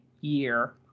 year